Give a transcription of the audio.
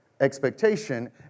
expectation